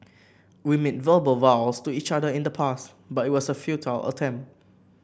we made verbal vows to each other in the past but it was a futile attempt